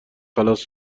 خلاص